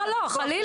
לא לא חלילה,